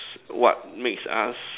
what makes us